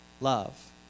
love